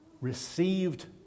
received